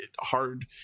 hard